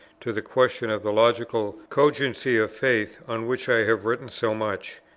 to the question of the logical cogency of faith, on which i have written so much.